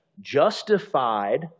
justified